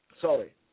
Sorry